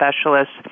specialists